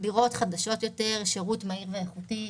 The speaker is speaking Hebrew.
דירות חדשות יותר, שירות מהיר ואיכותי.